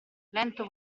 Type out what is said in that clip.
lento